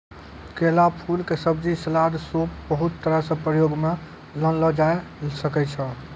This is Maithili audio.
केला फूल के सब्जी, सलाद, सूप बहुत तरह सॅ प्रयोग मॅ लानलो जाय ल सकै छो